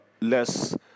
less